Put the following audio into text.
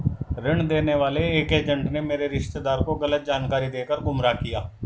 ऋण देने वाले एक एजेंट ने मेरे रिश्तेदार को गलत जानकारी देकर गुमराह किया